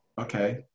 Okay